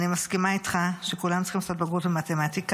אני מסכימה איתך שכולם צריכים לעשות בגרות במתמטיקה.